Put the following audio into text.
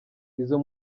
izo